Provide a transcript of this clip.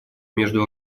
между